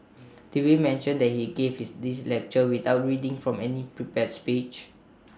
did we mention that he gave his this lecture without reading from any prepared speech